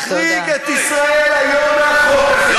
מחריג את "ישראל היום" מהחוק הזה.